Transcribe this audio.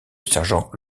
sergent